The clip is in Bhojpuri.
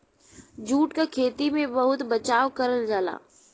जूट क खेती में बहुत बचाव करल जाला